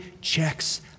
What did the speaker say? checks